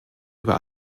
über